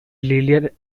linear